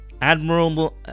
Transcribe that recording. Admiral